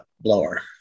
blower